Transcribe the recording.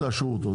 תאשרו אותו,